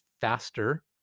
faster